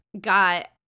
got